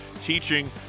teaching